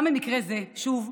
גם במקרה זה, שוב,